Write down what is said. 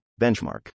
benchmark